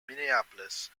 minneapolis